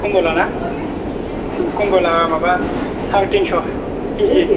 कमलाना कमला माबा सारे तिनस' केजि